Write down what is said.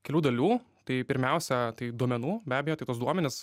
kelių dalių tai pirmiausia tai duomenų be abejo tai tuos duomenis